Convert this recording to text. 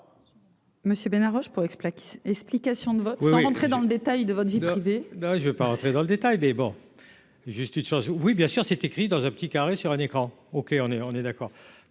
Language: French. Monsieur Bernard Roche pour expliquer, explications de vote, sans rentrer dans le détail de votre vie privée. Non, je veux pas rentrer dans le détail des bancs, juste une chose : oui, bien sûr, c'est écrit dans un petit carré sur un écran, OK, on est, on